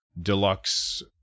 deluxe